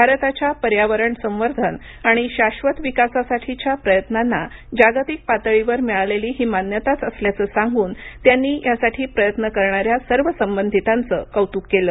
भारताच्या पर्यावरण संवर्धन आणि शाश्वत विकासासाठीच्या प्रयत्नांना जागतिक पातळीवर मिळालेली ही मान्यताच असल्याचं सांगून त्यांनी यासाठी प्रयत्न करणाऱ्या सर्व संबंधिताचं कौतुक केलं